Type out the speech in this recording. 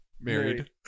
married